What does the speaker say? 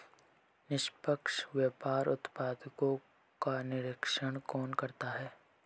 निष्पक्ष व्यापार उत्पादकों का निरीक्षण कौन करता है?